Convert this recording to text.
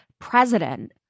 president